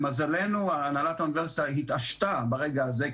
למזלנו הנהלת האוניברסיטה התעשתה ברגע הזה,